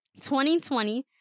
2020